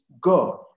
God